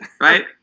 Right